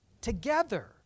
together